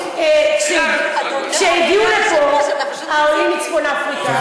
כשהגיעו לפה העולים מצפון-אפריקה,